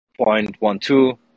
0.12